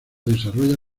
desarrolla